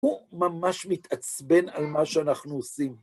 הוא ממש מתעצבן על מה שאנחנו עושים.